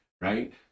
right